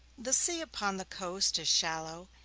the sea upon the coast is shallow,